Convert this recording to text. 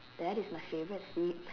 that is my favourite seat